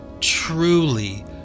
truly